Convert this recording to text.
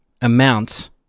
amount